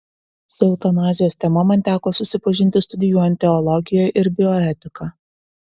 su eutanazijos tema man teko susipažinti studijuojant teologiją ir bioetiką